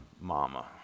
Mama